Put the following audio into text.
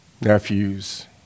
nephews